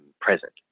present